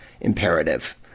imperative